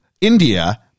India